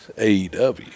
AEW